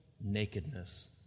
nakedness